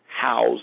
house